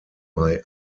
bei